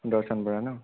দৰ্শন বৰা ন